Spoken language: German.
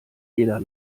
jeder